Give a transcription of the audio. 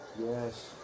Yes